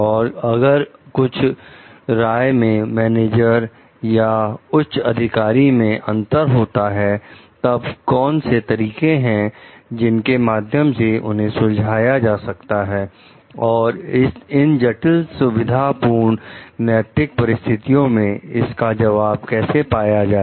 और अगर कुछ राय में मैनेजर या उच्च अधिकारी से अंतर होता है तब कौन से तरीके हैं जिनके माध्यम से उन्हें सुलझाया जा सकता है और इन जटिल सुविधा पूर्ण नैतिक परिस्थितियों में इसका जवाब कैसे पाया जाए